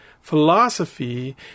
philosophy